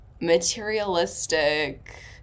materialistic